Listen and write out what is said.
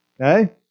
okay